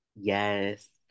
Yes